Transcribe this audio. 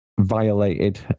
violated